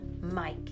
mike